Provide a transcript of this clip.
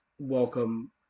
welcome